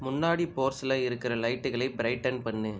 முன்னாடி போர்ச்சில் இருக்கிற லைட்டுகளை ப்ரைடன் பண்ணு